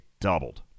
doubled